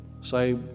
Say